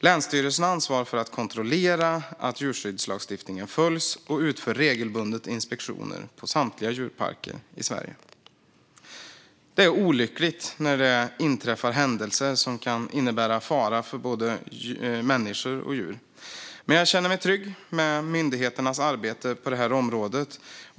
Länsstyrelserna ansvarar för att kontrollera att djurskyddslagstiftningen följs och utför regelbundet inspektioner på samtliga djurparker i Sverige. Det är olyckligt när det inträffar händelser som kan innebära fara för både människor och djur, men jag känner mig trygg med myndigheternas arbete på det här området.